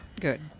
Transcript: good